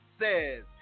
says